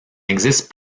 existe